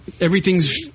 everything's